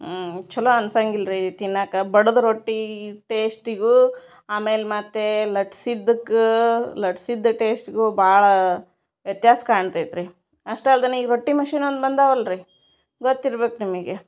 ಆ ಚಲೋ ಅನ್ಸಂಗಿಲ್ಲರಿ ತಿನ್ನಕ ಬಡದು ರೊಟ್ಟಿ ಟೇಸ್ಟಿಗೂ ಆಮೇಲೆ ಮತ್ತು ಲಟ್ಸಿದ್ಕ್ಕು ಲಟ್ಸಿದ್ದು ಟೇಸ್ಟ್ಗು ಭಾಳಾ ವ್ಯತ್ಯಾಸ ಕಾಣ್ತೈತ್ರಿ ಅಷ್ಟು ಅಲ್ದನೆ ಈ ರೊಟ್ಟಿ ಮಷಿನೊಂದ್ ಬಂದಾವಲ್ರಿ ಗೊತ್ತಿರ್ಬೇಕು ನಿಮಗೆ